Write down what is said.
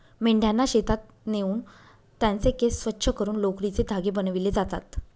मेंढ्यांना शेतात नेऊन त्यांचे केस स्वच्छ करून लोकरीचे धागे बनविले जातात